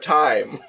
time